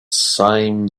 same